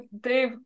Dave